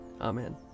Amen